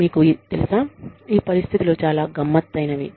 మీకు తెలుసా ఈ పరిస్థితులు చాలా గమ్మత్తైనవి